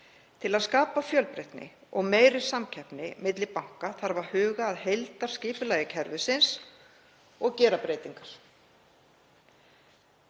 Til að skapa fjölbreytni og meiri samkeppni milli banka þarf að huga að heildarskipulagi kerfisins og gera breytingar.